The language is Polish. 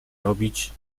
robić